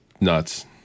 nuts